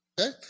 Okay